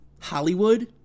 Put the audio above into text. Hollywood